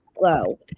low